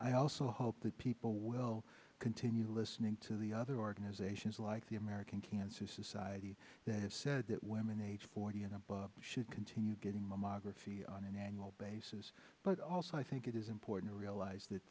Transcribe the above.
i also hope that people will continue listening to the other organizations like the american cancer society that have said that women age forty and above should continue getting mammography on an annual basis but also i think it is important to realize that